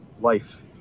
life